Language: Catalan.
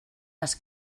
les